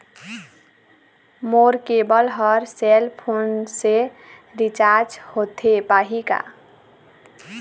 मोर cable हर cell phone से recharge होथे पाही का?